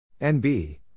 NB